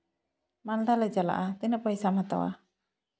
ᱢᱟᱞᱫᱟ ᱞᱮ ᱪᱟᱞᱟᱜᱼᱟ ᱛᱤᱱᱟᱹᱜ ᱯᱚᱭᱥᱟᱢ ᱦᱟᱛᱟᱣᱟ